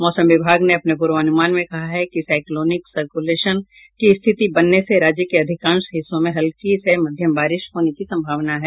मौसम विभाग ने अपने पूर्वानुमान में कहा है कि साइक्लोनिक सर्कुलेशन की स्थिति बनने से राज्य के अधिकांश हिस्सों में हल्की से मध्यम बारिश होने की संभावना है